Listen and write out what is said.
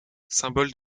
symboles